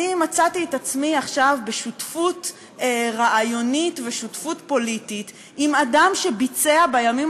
מצאתי את עצמי עכשיו בשותפות רעיונית ושותפות פוליטית עם אדם שביצע בימים